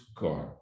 God